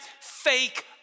fake